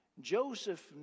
Joseph